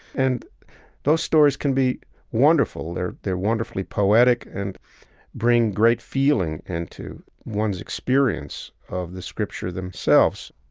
and those stories can be wonderful. they're they're wonderfully poetic and bring great feeling into one's experience of the scripture themselves